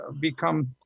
become